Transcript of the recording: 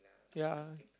ya